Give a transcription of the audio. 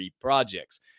projects